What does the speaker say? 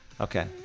Okay